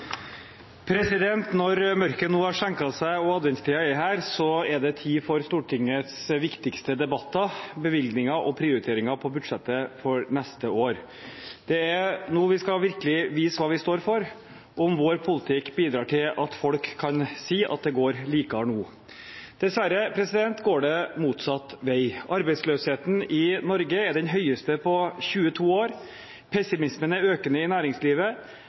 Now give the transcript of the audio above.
her, er det tid for Stortingets viktigste debatter, bevilgninger og prioriteringer på budsjettet for neste år. Det er nå vi virkelig skal vise hva vi står for, om vår politikk bidrar til at folk kan si: «Det går likar no». Dessverre går det motsatt vei. Arbeidsløsheten i Norge er den høyeste på 22 år. Pessimismen er økende i næringslivet,